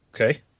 Okay